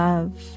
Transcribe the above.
Love